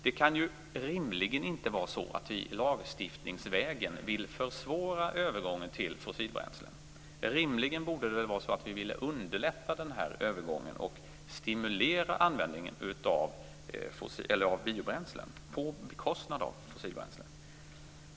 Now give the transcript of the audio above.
Det kan rimligen inte vara så att vi lagstiftningsvägen vill försvåra övergången från fossilbränsle. Rimligen borde vi vilja underlätta övergången och stimulera användningen av biobränslen på bekostnad av fossilbränslen.